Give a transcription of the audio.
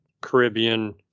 caribbean